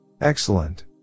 Excellent